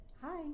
Hi